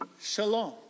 Shalom